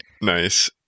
Nice